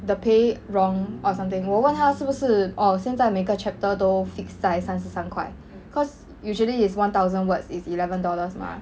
the pay wrong or something 我问他是不是哦现在每个 chapter 都 fix 在三十三块 cause usually is one thousand words is eleven dollars mah